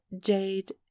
jade